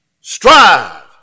Strive